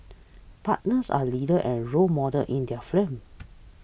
partners are leaders and role models in their firms